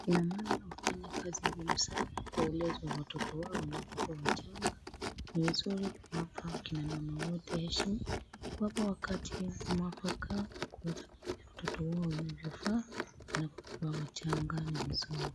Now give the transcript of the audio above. Kina mama wanafanya kazi ngumu sana kwa ulezi wa watoto wao wanapokua wachanga, ni vizuri kuwapa kina mama wote heshima kuwapa wakati mwafaka wa kuweza kulea watoto wao wanavyofaa wanapokua wachanga ni vizuri.